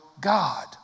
God